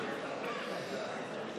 קבוצת סיעת ש"ס,